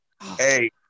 Hey